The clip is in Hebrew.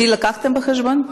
אותי הבאתם בחשבון?